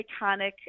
iconic